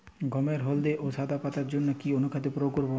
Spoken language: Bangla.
গমের হলদে ও সাদা পাতার জন্য কি অনুখাদ্য প্রয়োগ করব?